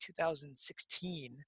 2016